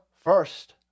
first